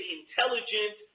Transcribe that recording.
intelligent